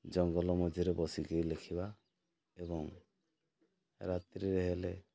ଜଙ୍ଗଲ ମଝିରେ ବସିକି ଲେଖିବା ଏବଂ ରାତ୍ରିରେ ହେଲେ